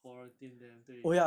quarantine then 对